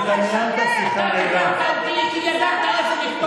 אתה נתת להם להפריע לי, אתה נתת להם.